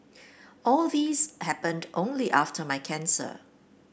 all these happened only after my cancer